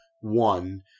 one